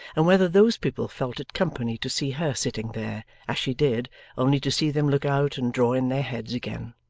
and whether those people felt it company to see her sitting there, as she did only to see them look out and draw in their heads again.